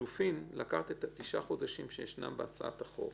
לקחת את תשעת החודשים שישנם בהצעת החוק